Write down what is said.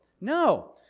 No